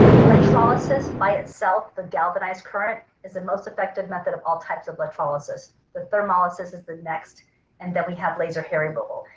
electrolysis by itself, the galvanized current is the most effective method of all types of electrolysis. the thermolysis is the next and then we have laser hair removal.